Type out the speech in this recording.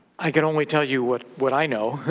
i can only tell you what what i know.